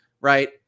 right